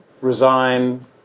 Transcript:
resign